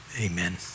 amen